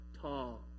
tall